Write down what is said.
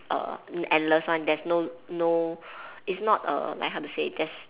err endless one there's no no it's not err like how to say there's